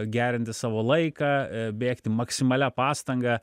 gerinti savo laiką bėgti maksimalia pastanga